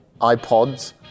iPods